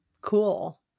Cool